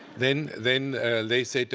then then they said,